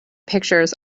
pictures